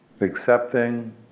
accepting